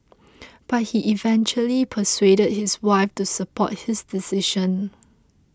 but he eventually persuaded his wife to support his decision